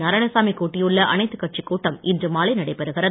நாராயணசாமி கூட்டியுள்ள அனைத்து கட்சி கூட்டம் இன்று மாலை நடைபெறுகிறது